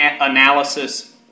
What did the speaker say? analysis